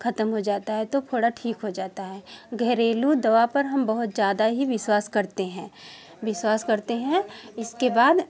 खत्म हो जाता है तो फोड़ा ठीक हो जाता है घरेलू दवा पर बहुत ज्यादा ही विश्वास करते हैं विश्वास करते हैं इसके बाद